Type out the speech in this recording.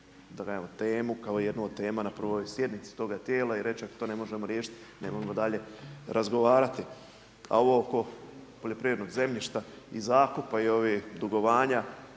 da kažem temu, kao jednu od tema na prvoj sjednici toga tijela i reći ako to ne možemo riješiti nemojmo dalje razgovarati. A ovo oko poljoprivrednog zemljišta i zakupa i ovih dugovanja